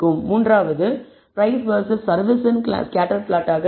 மூன்றாவது price versus service in scatter plot ஆகும்